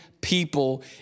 people